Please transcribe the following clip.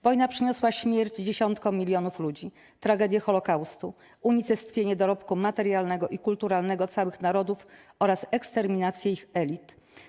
Wojna przyniosła śmierć dziesiątkom milionów ludzi, tragedię Holocaustu, unicestwienie dorobku materialnego i kulturalnego całych narodów oraz eksterminację ich elit.